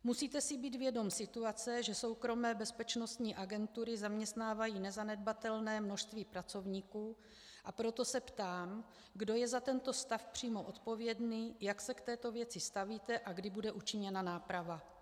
Musíte si být vědom situace, že soukromé bezpečnostní agentury zaměstnávají nezanedbatelné množství pracovníků, a proto se ptám, kdo je za tento stav přímo odpovědný, jak se k této věci stavíte a kdy bude učiněna náprava.